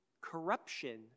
corruption